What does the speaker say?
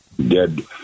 dead